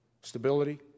Stability